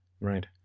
right